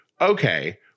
okay